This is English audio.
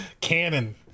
Canon